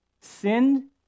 sinned